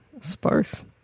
sparse